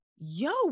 yo